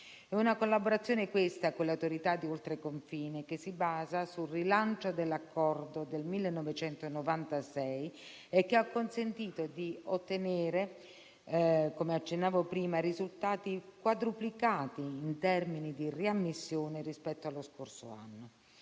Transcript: È una collaborazione questa con le autorità di oltreconfine che si basa sul rilancio dell'accordo del 1996 e che ha consentito di ottenere, come accennavo prima, risultati quadruplicati in termini di riammissione rispetto allo scorso anno.